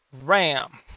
RAM